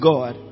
God